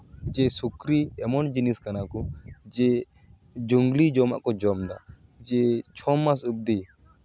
ᱡᱮ ᱥᱩᱠᱨᱤ ᱮᱢᱚᱱ ᱡᱤᱱᱤᱥ ᱠᱟᱱᱟ ᱠᱚ ᱡᱮ ᱡᱚᱝᱞᱤ ᱡᱚᱢᱟᱜ ᱠᱚ ᱡᱚᱢᱫᱟ ᱡᱮ ᱪᱷᱚ ᱢᱟᱥ ᱚᱵᱫᱤ